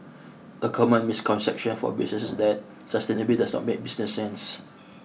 a common misconception for businesses is that sustainability does not make business sense